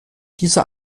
dieser